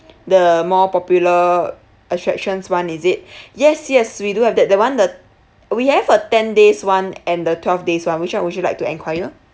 the more popular attractions [one] is it yes yes we do have that the one the we have a ten days [one] and the twelve days [one] which one would you like to enquire